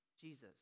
Jesus